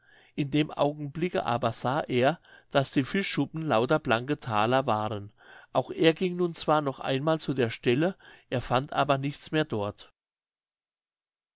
in dem augenblicke aber sah er daß die fischschuppen lauter blanke thaler waren auch er ging nun zwar noch einmal zu der stelle er fand aber nichts mehr dort